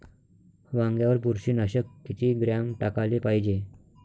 वांग्यावर बुरशी नाशक किती ग्राम टाकाले पायजे?